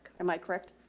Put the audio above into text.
am i correct,